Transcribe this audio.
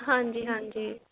ਹਾਂਜੀ ਹਾਂਜੀ